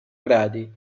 gradi